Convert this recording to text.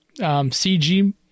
CG